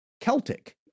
Celtic